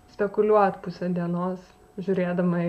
spekuliuot pusę dienos žiūrėdama į